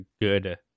good